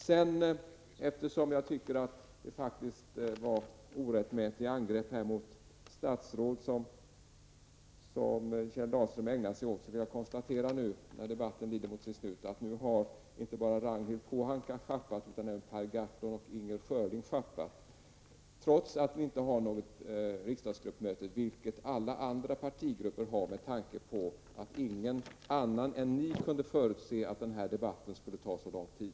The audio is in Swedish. Jag tycker att Kjell Dahlström har ägnat sig åt en del orättmätiga angrepp på statsråd. Jag vill därför, nu när debatten lider mot sitt slut, konstatera att inte bara Ragnhild Pohanka utan även Per Gahrton och Inger Schörling har sjappat, trots att miljöpartiet nu inte har något riksdagsgruppsmöte, vilket alla andra partigrupper har. Ingen annan än ni kunde ju förutse att den här debatten skulle ta så lång tid.